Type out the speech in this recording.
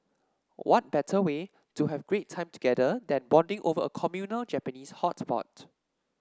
what better way to have great time together than bonding over a communal Japanese hot pot